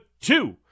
two